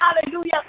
hallelujah